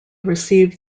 received